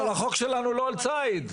אבל החוק שלנו לא על ציד.